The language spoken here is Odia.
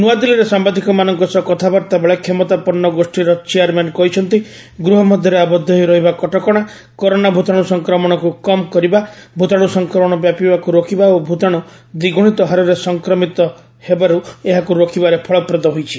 ନୂଆଦିଲ୍ଲୀରେ ସାମ୍ଭାଦିକମାନଙ୍କ ସହ କଥାବାର୍ତ୍ତା ବେଳେ କ୍ଷମତାପନ୍ନ ଗୋଷୀର ଚେୟାରମ୍ୟାନ୍ କହିଛନ୍ତି ଗୃହ ମଧ୍ୟରେ ଆବଦ୍ଧ ହୋଇ ରହିବା କଟକଣା କରୋନା ଭୂତାଣୁ ସଂକ୍ରମଣକୁ କମ୍ କରିବା ଭୂତାଣୁ ସଂକ୍ରମଣ ବ୍ୟାପିବାକୁ ରୋକିବା ଓ ଭୂତାଣୁ ଦ୍ୱିଗୁଣିତ ହାରରେ ସଂକ୍ରମିତ ହେବାରୁ ଏହାକୁ ରୋକିବାରେ ଫଳପ୍ରଦ ହୋଇଛି